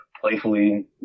playfully